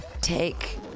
take